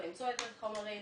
למצוא חומרים.